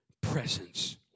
presence